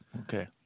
Okay